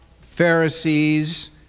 Pharisees